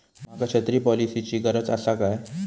माका छत्री पॉलिसिची गरज आसा काय?